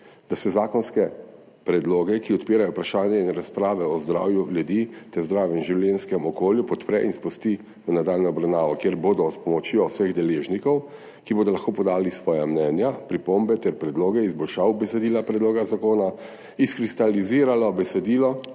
da se zakonske predloge, ki odpirajo vprašanja in razprave o zdravju ljudi ter zdravem življenjskem okolju, podpre in spusti v nadaljnjo obravnavo, kjer bodo s pomočjo vseh deležnikov, ki bodo lahko podali svoja mnenja, pripombe ter predloge izboljšav besedila predloga zakona, izkristalizirali besedilo,